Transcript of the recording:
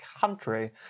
country